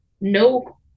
no